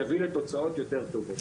יביא לתוצאות טובות יותר.